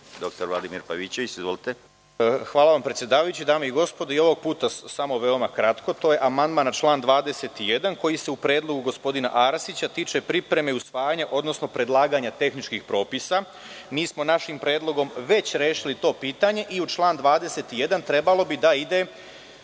**Vladimir Pavićević** Hvala vam predsedavajući. Dame i gospodo, i ovog puta veoma kratko. To je amandman na član 21. koji se u predlogu gospodina Arsića tiče pripreme i usvajanja, odnosno predlaganja tehničkih propisa. Mi smo našim predlogom već rešili to pitanje i u član 21. trebalo bi da ide